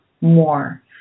more